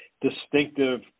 distinctive